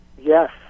Yes